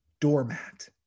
doormat